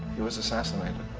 he was assassinated.